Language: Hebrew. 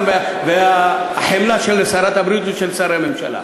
ועל החמלה של שרת הבריאות ושל שרי הממשלה.